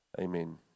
Amen